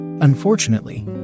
Unfortunately